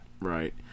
Right